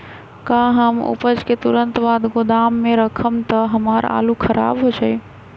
का हम उपज के तुरंत बाद गोदाम में रखम त हमार आलू खराब हो जाइ?